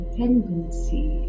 tendency